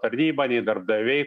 tarnyba nei darbdaviai